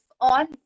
on